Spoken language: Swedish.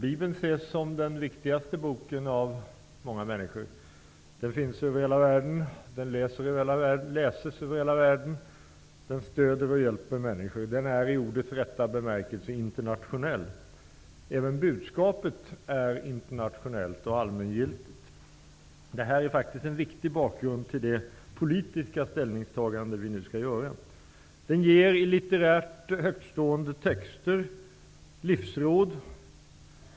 Herr talman! Bibeln ses av många människor som den viktigaste boken. Den finns i hela världen. Den läses i hela världen. Den stöder och hjälper människor. Den är i ordets rätta bemärkelse internationell. Även budskapet är internationellt och allmängiltigt. Det här är faktiskt en viktig bakgrund till det politiska ställningstagande som vi nu skall göra. Bibeln ger i litterärt högtstående texter livsråd.